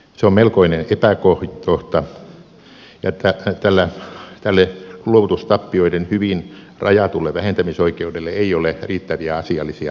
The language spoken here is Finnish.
se on melkoinen epäkohta ja tälle luovutustappioiden hyvin rajatulle vähentämisoikeudelle ei ole riittäviä asiallisia perusteita